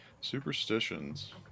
Superstitions